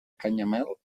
canyamel